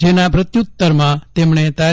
જેના પ્રત્યુત્તરમાં તેમણે તા